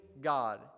God